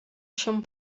się